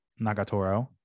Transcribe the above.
Nagatoro